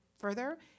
further